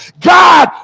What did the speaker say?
God